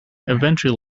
eventually